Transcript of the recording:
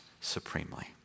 supremely